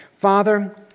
Father